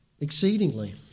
exceedingly